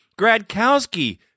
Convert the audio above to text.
Gradkowski